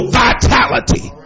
vitality